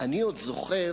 אני עוד זוכר